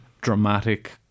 dramatic